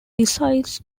decides